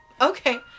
okay